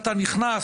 אתה נכנס,